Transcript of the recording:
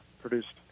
produced